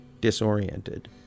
disoriented